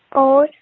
oh,